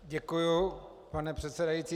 Děkuju, pane předsedající.